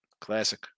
Classic